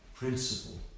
Principle